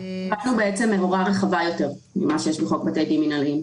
הלכנו בעצם בצורה רחבה יותר מאשר מה שיש בחוק בתי דין מינהליים.